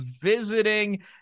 visiting